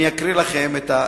אני אקרא את העצומה: